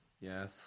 Yes